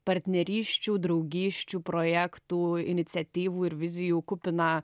partnerysčių draugysčių projektų iniciatyvų ir vizijų kupiną